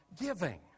giving